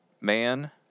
man